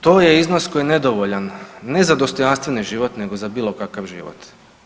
To je iznos koji je nedovoljan ne za dostojanstveni život nego za bilo kakav život.